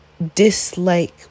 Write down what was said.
Dislike